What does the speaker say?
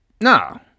No